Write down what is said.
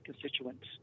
constituents